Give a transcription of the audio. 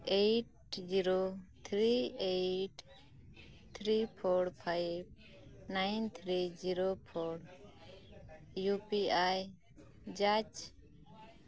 eight zero three eight three four five nine three zero four U P I judge